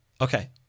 okay